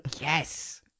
Yes